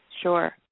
Sure